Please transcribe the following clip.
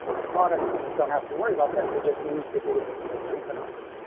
the product teams don't have to worry about that. they just use the data that's been synchronized.